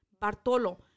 Bartolo